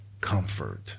comfort